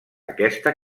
aquesta